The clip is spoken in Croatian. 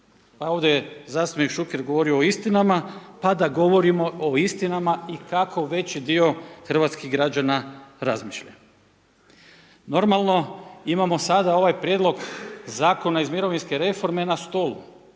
ovdje je zastupnik Šuker govorio o istinama, pa da govorimo o istinama i kako veći dio hrvatskih građana razmišlja. Normalno imamo sada ovaj Prijedlog zakona iz mirovinske reforme na stolu,